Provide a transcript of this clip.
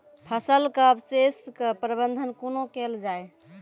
फसलक अवशेषक प्रबंधन कूना केल जाये?